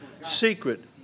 secret